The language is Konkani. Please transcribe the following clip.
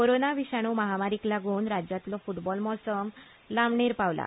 कोरोना विशाणू महामारीक लागून राज्यांतलो फुटबॉल मोसम लांबणेर पावला